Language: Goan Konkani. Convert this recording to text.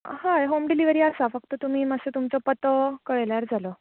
हय होम डिलीनरी आसा फक्त मत्सो तुमी तुमचो पत्तो कळयल्यार जालो